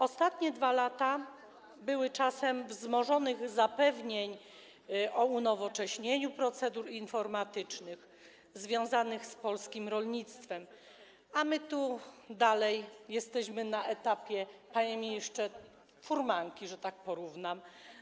Ostatnie 2 lata były czasem wzmożonych zapewnień o unowocześnieniu procedur informatycznych związanych z polskim rolnictwem, a my tu dalej jesteśmy na etapie, panie ministrze, furmanki, że tak porównam.